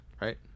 Right